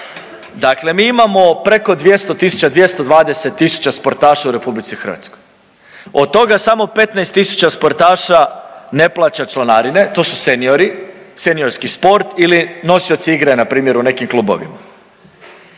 Dakle, mi imamo preko 200.000, 220.000 sportaša u RH od toga samo 15.000 sportaša ne plaća članarine, to su seniori, seniorski sport ili nosioci igre npr. u nekim klubovima.